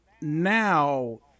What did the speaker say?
now